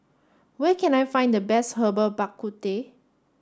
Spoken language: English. where can I find the best Herbal Bak Ku Teh